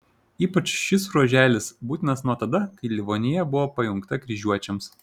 ypač šis ruoželis būtinas nuo tada kai livonija buvo pajungta kryžiuočiams